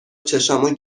چشامو